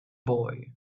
boy